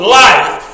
life